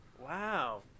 Wow